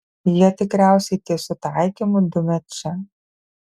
jie tikriausiai tiesiu taikymu dumia čia